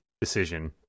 decision